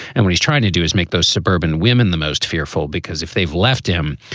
and when he's trying to do is make those suburban women the most fearful, because if they've left him,